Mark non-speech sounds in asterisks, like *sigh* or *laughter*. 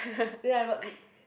*breath* ya but we uh